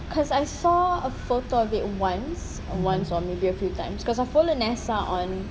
because I saw a photo of it once once or maybe a few times because I follow NASA on